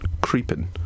creeping